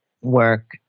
work